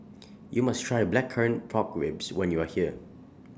YOU must Try Blackcurrant Pork Ribs when YOU Are here